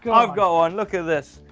um i've got one. look at this.